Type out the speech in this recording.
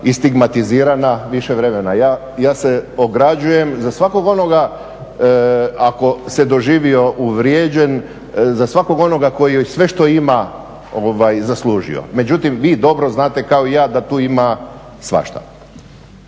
i stigmatizirana više vremena. Ja se ograđujem za svakog onoga ako se doživio uvrijeđen za svakog onoga koji sve što ima zaslužio. Međutim, vi dobro znate kao i ja da tu ima svašta.